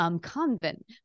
convent